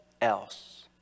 else